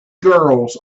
girls